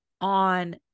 on